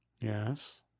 Yes